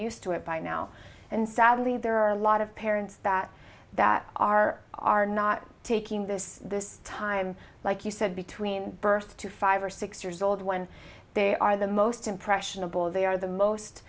used to it by now and sadly there are a lot of parents that that are are not taking this this time like you said between birth to five or six years old when they are the most impressionable they are the most